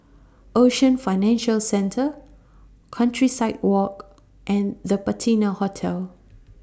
Ocean Financial Centre Countryside Walk and The Patina Hotel